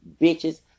bitches